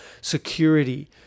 security